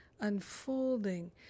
unfolding